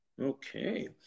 Okay